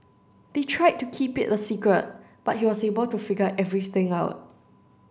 they tried to keep it a secret but he was able to figure everything out